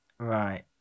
Right